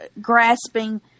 grasping